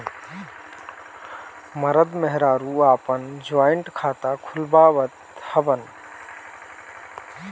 मरद मेहरारू आपन जॉइंट खाता खुलवावत हवन